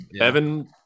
Evan